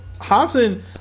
Hobson